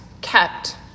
kept